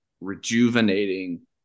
rejuvenating